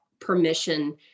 permission